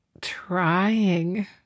trying